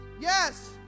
Yes